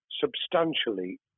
substantially